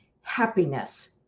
Happiness